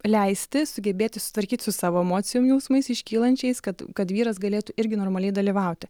leisti sugebėti susitvarkyt su savo emocijom jausmais iškylančiais kad kad vyras galėtų irgi normaliai dalyvauti